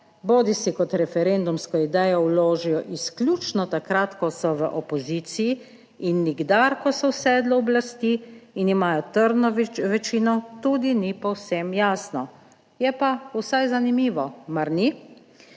bodisi kot referendumsko idejo, vložijo izključno takrat, ko so v opoziciji in nikdar, ko so v sedlu oblasti in imajo trdno večino, tudi ni povsem jasno, je pa vsaj zanimivo, mar ni?